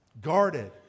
guarded